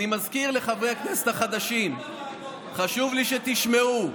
אני מזכיר לחברי הכנסת החדשים, חשוב לי שתשמעו.